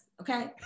okay